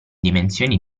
dimensioni